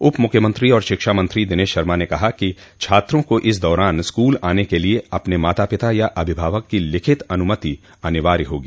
उपमुख्यमंत्री और शिक्षा मंत्री दिनेश शर्मा ने कहा है कि छात्रों को इस दौरान स्कूल आने के लिए अपने माता पिता या अभिभावक की लिखित अनुमति अनिवार्य होगी